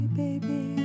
baby